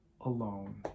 alone